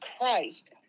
Christ